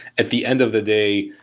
at the end of the day,